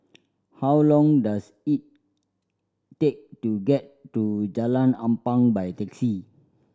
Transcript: how long does it take to get to Jalan Ampang by taxi